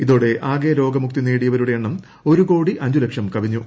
ഇതോടെ ആകെ രോഗമുക്തി നേടിയവരുടെ എണ്ണം ഒരുകോടി അഞ്ച് ലക്ഷം കവിഞ്ഞു